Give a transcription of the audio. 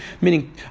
meaning